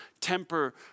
temper